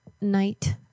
night